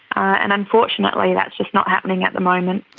and unfortunately that's just not happening at the moment.